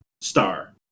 star